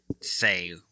say